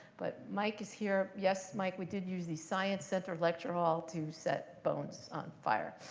but mike is here. yes, mike, we did use the science center lecture hall to set bones on fire.